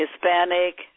Hispanic